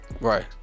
Right